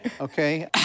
okay